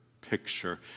picture